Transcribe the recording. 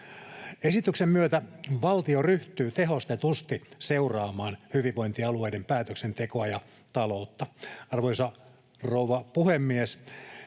Esityksen myötä valtio ryhtyy tehostetusti seuraamaan hyvinvointialueiden päätöksentekoa ja taloutta. Arvoisa rouva puhemies!